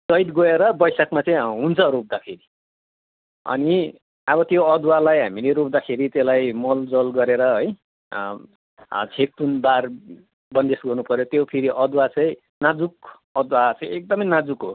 चैत गएर बैसाखमा चाहिँ अँ हुन्छ रोप्दाखेरि अनि अब त्यो अदुवालाई हामीले रोप्दाखेरि त्यसलाई मल जल गरेर है छेक थुन बार बन्देस गर्नु पऱ्यो त्यो फेरि अदुवा चाहिँ नाजुक अदुवा आफै एकदमै नाजुक हो